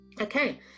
Okay